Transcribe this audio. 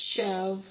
8° असेल